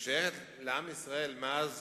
היא שייכת לעם ישראל מאז